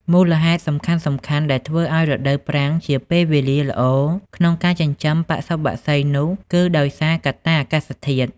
មូលហេតុសំខាន់ៗដែលធ្វើឲ្យរដូវប្រាំងជាពេលវេលាល្អក្នុងការចិញ្ចឹមបសុបក្សីនោះគីដោយសារកត្តាអាកាសធាតុ។